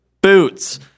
Boots